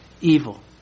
evil